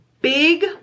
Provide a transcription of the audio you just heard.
big